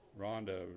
Rhonda